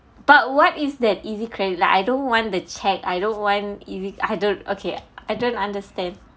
but what is that EasiCredit like I don't want the check I don't want easy I don't okay I don't understand